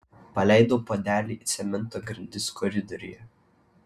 paleidau puodelį į cemento grindis koridoriuje